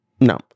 No